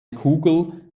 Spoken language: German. kugel